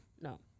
No